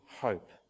hope